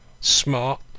smart